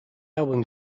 album